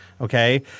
okay